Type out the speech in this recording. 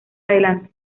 adelante